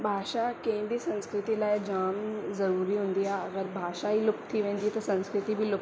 भाषा कंहिं बि संस्कृती लाइ जाम जरूरी हूंदी आहे अगरि भाषा ई लुप्त थी वेंदी संस्कृती बि लुप्त